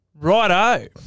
Righto